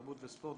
התרבות והספורט,